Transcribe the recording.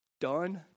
Done